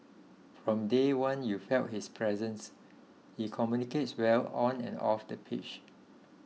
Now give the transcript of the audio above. from day one you felt his presence he communicates well on and off the pitch